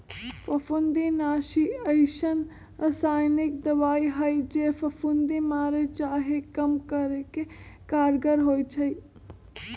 फफुन्दीनाशी अइसन्न रसायानिक दबाइ हइ जे फफुन्दी मारे चाहे कम करे में कारगर होइ छइ